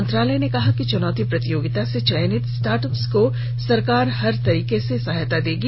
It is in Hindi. मंत्रालय ने कहा कि चुनौती प्रतियोगिता से चयनित स्टार्टअप्स को सरकार हर तरह की सहायता देगी